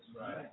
right